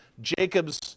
Jacob's